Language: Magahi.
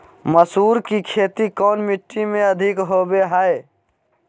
मसूर की खेती कौन मिट्टी में अधीक होबो हाय?